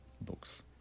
books